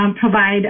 provide